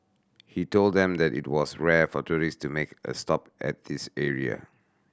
he told them that it was rare for tourists to make a stop at this area